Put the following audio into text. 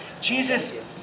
Jesus